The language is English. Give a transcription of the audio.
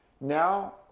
now